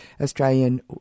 Australian